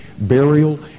burial